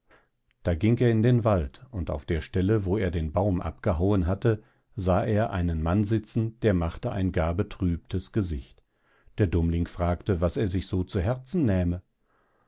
da ging er in den wald und auf der stelle wo er den baum abgehauen hatte sah er einen mann sitzen der machte ein gar betrübtes gesicht der dummling fragte was er sich so sehr zu herzen nähme